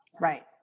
Right